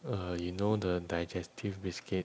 err you know the digestive biscuit